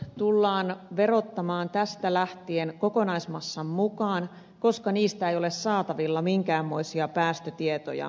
matkailuautot tullaan verottamaan tästä lähtien kokonaismassan mukaan koska niistä ei ole saatavilla minkäänmoisia päästötietoja